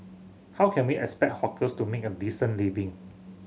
how can we expect hawkers to make a decent living